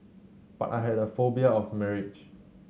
but I had a phobia of marriage